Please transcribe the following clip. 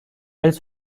elle